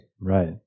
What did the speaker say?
right